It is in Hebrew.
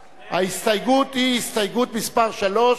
ההסתייגות היא הסתייגות מס' 3,